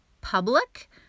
public